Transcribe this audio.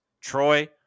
Troy